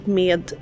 med